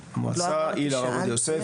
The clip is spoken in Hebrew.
המועצה היא לרב עובדיה יוסף,